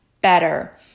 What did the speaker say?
better